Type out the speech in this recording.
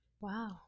Wow